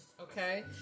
Okay